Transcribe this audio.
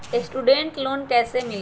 Student loan कैसे मिली?